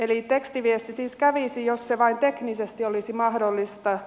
eli tekstiviesti siis kävisi jos se vain teknisesti olisi mahdollista